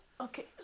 Okay